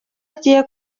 agiye